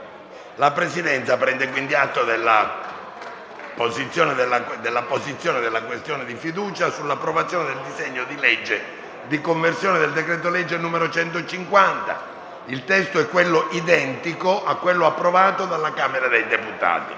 La Presidenza prende atto della posizione della questione di fiducia sull'approvazione del disegno di legge di conversione del decreto-legge n. 150, nel testo identico a quello approvato dalla Camera dei deputati.